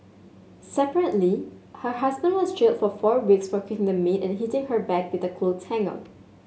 separately her husband was jailed for four weeks for kicking the maid and hitting her back with a